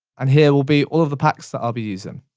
and here will be all of the packs that i'll be using.